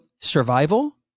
survival